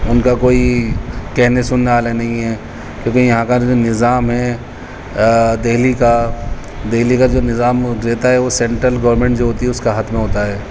ان کا کوئی کہنے سننے والا نہیں ہے کیوںکہ یہاں کا جو نظام ہے دہلی کا دہلی کا جو نظام رہتا ہے وہ سنٹرل گورمنٹ جو ہوتی ہے اس کے ہاتھ میں ہوتا ہے